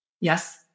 Yes